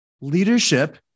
Leadership